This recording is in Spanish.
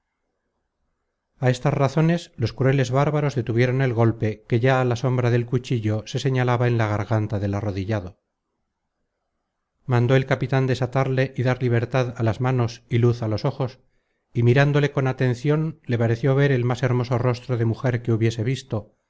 a estas razones los crueles bárbaros detuvieron el golpe que ya la sombra del cuchillo se señalaba en la garganta del arrodillado mandó el capitan desatarle y dar libertad á las manos y luz a los ojos y mirándole con atencion le pareció ver el más hermoso rostro de mujer que hubiese visto